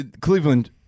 cleveland